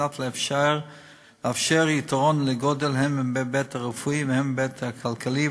על מנת לאפשר יתרון לגודל הן מההיבט הרפואי והן מההיבט הכלכלי,